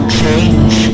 change